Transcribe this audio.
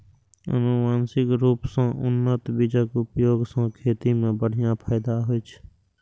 आनुवंशिक रूप सं उन्नत बीजक उपयोग सं खेती मे बढ़िया फायदा होइ छै